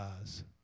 eyes